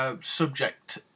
Subject